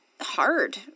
hard